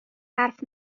حرف